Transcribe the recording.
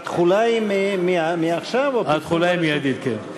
התחולה היא מעכשיו או, התחולה היא מיידית, כן.